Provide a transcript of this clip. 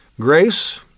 Grace